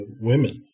women